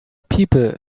people